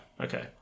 Okay